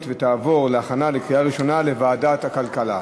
ותעבור להכנה לקריאה ראשונה לוועדת הכלכלה.